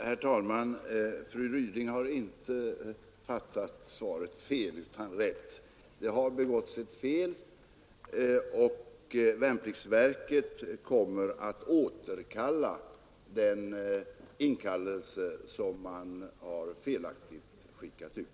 Herr talman! Fru Ryding har fattat rätt. Det har begåtts ett fel. Värnpliktsverket kommer att återkalla den inkallelse som man felaktigt har skickat ut.